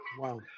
Wow